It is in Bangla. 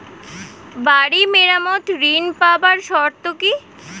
বাড়ি মেরামত ঋন পাবার শর্ত কি?